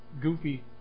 goofy